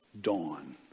dawn